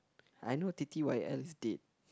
I know t_t_y_l is dead